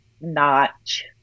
notch